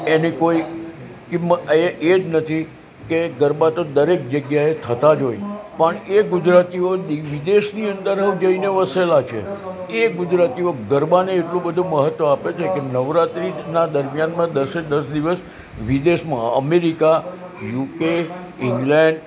એની કોઈ કિંમત એ એ જ નથી કે ગરબા તો દરેક જગ્યાએ થતાં જ હોય પણ એ ગુજરાતીઓ વિદેશની અંદર હોવ જઈને વસેલાં છે એ ગુજરાતીઓ ગરબાને એટલું બધું મહત્ત્વ આપે છે કે નવરાત્રિનાં દરમ્યાનમાં દસે દસ દિવસ વિદેશમાં અમેરિકા યુકે ઈંગ્લેન્ડ